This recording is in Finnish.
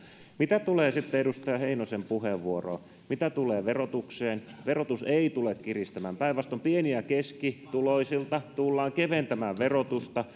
mitä tulee sitten edustaja heinosen puheenvuoroon mitä tulee verotukseen verotus ei tule kiristymään päinvastoin pieni ja keskituloisilta tullaan keventämään verotusta